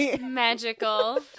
Magical